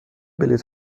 بلیط